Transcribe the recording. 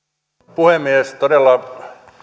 puhemies todella